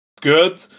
good